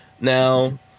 Now